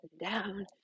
down